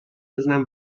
بزنم